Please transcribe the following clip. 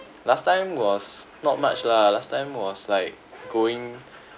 last time was not much lah last time was like going